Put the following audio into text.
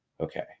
Okay